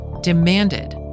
demanded